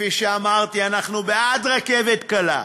כפי שאמרתי, אנחנו בעד רכבת קלה,